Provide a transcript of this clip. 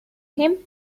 him